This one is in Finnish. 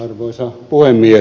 arvoisa puhemies